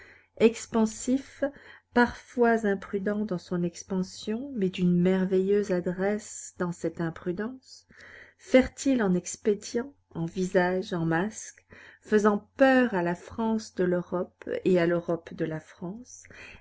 expansif parfois imprudent dans son expansion mais d'une merveilleuse adresse dans cette imprudence fertile en expédients en visages en masques faisant peur à la france de l'europe et à l'europe de la france